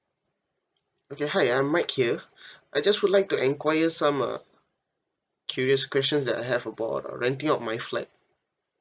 okay hi I'm mike here I just would like to enquire some uh curious questions that I have about uh renting out my flat